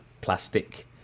plastic